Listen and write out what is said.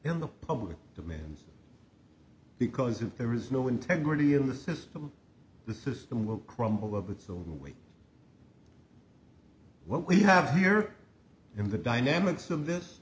in the public demands because if there is no integrity in the system the system will crumble of its own weight what we have here in the dynamics of this